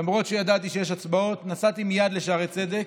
למרות שידעתי שיש הצבעות, ונסעתי מייד לשערי צדק.